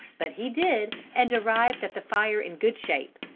but he did and arrived at the fire in good shape.